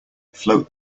float